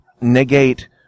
negate